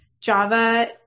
Java